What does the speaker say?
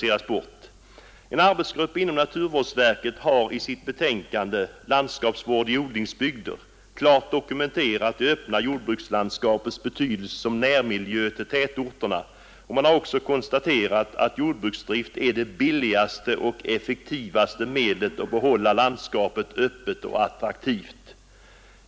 En arbetsgrupp inom naturvårdsverket har i sitt betänkande ”Landskapsvård i odlingsbygder” klart dokumenterat det öppna jordbrukslandskapets betydelse som närmiljö till tätorterna, och man har också konstaterat att jordbruksdrift är det billigaste och effektivaste medlet att behålla landskapet öppet och attraktivt.